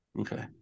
Okay